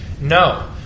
No